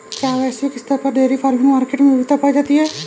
क्या वैश्विक स्तर पर डेयरी फार्मिंग मार्केट में विविधता पाई जाती है?